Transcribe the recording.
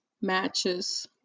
matches